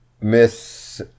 Miss